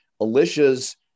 Alicia's